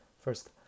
first